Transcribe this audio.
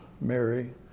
Mary